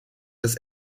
das